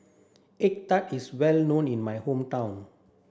egg tart is well known in my hometown